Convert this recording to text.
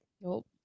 Nope